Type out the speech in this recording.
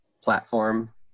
platform